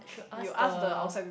should ask the